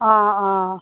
অঁ অঁ